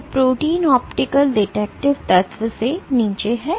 तो protein optical detective तत्व से नीचे हैं